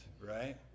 right